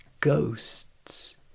ghosts